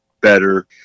better